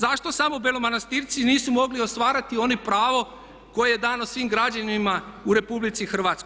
Zašto samo Belomanastirci nisu mogli ostvariti ono pravo koje je dano svim građanima u RH?